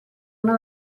una